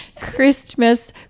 Christmas